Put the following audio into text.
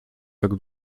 tak